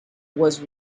was